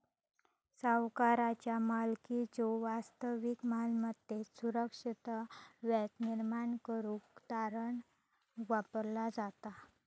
सावकाराचा मालकीच्यो वास्तविक मालमत्तेत सुरक्षितता व्याज निर्माण करुक तारण वापरला जाता